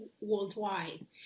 worldwide